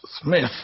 Smith